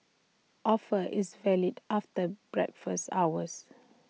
offer is valid after breakfast hours